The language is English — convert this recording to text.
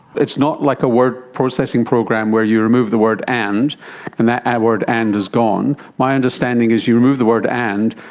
it's not like a word processing program where you remove the word and and that ah word and is gone. my understanding is you remove the word and,